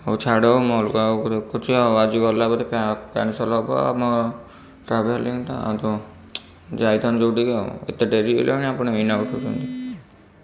ହଉ ଛାଡ଼ ଆଉ ମୁଁ ଅଲଗା କାହାକୁ ଦେଖୁଛି ଆଉ ଆଜି ଗଲା ବୋଧେ କ୍ୟାନସଲ୍ ହବ ଆମ ଟ୍ରାଭେଲିଙ୍ଗଟା ଆଉ କ'ଣ ଯାଇଥାନ୍ତୁ ଯେଉଁଠିକି ଏତେ ଡେରି ହେଇଗଲାଣି ଆପଣ ଏଇନା ଉଠାଉଛନ୍ତି